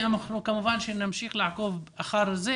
אנחנו כמובן נמשיך לעקוב אחר הנושא הזה